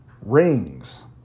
rings